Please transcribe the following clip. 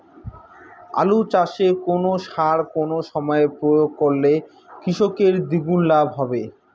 আলু চাষে কোন সার কোন সময়ে প্রয়োগ করলে কৃষকের দ্বিগুণ লাভ হবে?